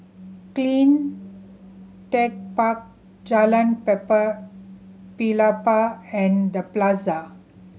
Cleantech Park Jalan Paper Pelepah and The Plaza